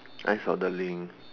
I saw the link